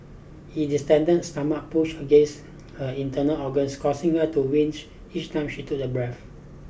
he distended stomach pushed against her internal organs causing her to wince each time she took a breath